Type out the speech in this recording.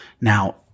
Now